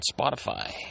Spotify